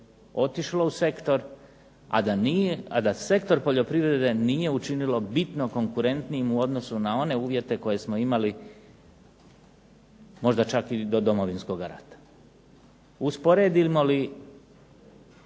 otišlo u sektor, a da nije, a da sektor poljoprivrede nije učinilo bitno konkurentnijim u odnosu na one uvjete koje smo imali možda čak i do Domovinskoga rata. Usporedimo li